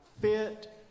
fit